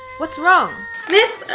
what's wrong miss?